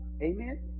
Amen